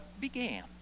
began